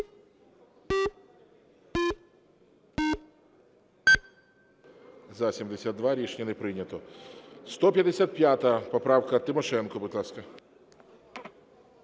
За-72 Рішення не прийнято. 155 поправка. Тимошенко, будь ласка.